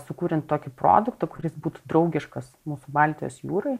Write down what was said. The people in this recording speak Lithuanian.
sukuriant tokį produktą kuris būtų draugiškas mūsų baltijos jūrai